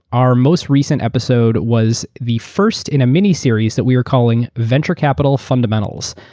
our most recent episode was the first in a miniseries that we are calling venture capital fundamentals.